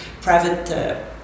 private